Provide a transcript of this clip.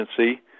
Agency